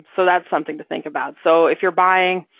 so that's something to think about, so if you're buying,